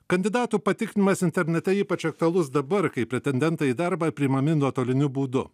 kandidatų patikrinimas internete ypač aktualus dabar kai pretendentai į darbą priimami nuotoliniu būdu